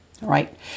Right